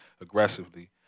aggressively